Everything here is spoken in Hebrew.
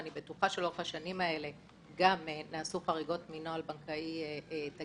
אני בטוחה שלאורך השנים האלו גם נעשו חריגות מנוהל בנקאי תקין.